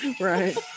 right